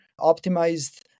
optimized